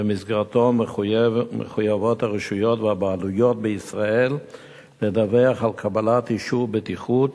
שבמסגרתו מחויבות הרשויות והבעלויות בישראל לדווח על קבלת אישור בטיחות